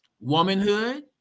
womanhood